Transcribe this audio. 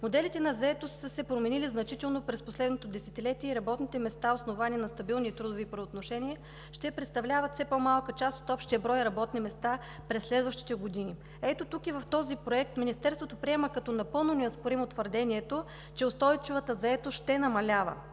„Моделите на заетост са се променили значително през последното десетилетие и работните места, основани на стабилни трудови правоотношения, ще представляват все по-малка част от общия брой работни места през следващите години.“ Ето тук, в този проект, Министерството приема като напълно неоспоримо твърдението, че устойчивата заетост ще намалява.